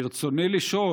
ברצוני לשאול,